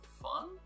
fun